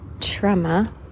trauma